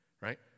right